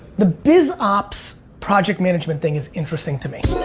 the biz ops project management thing is interesting to me.